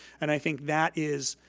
and i think that is.